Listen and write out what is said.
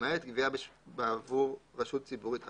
למעט גבייה בעבור רשות ציבורית אחרת,